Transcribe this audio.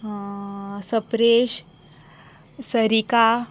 suppress Sarika